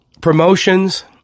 promotions